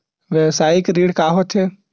व्यवसायिक ऋण का होथे?